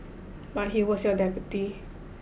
but he was your deputy